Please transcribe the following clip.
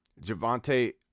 Javante